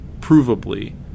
provably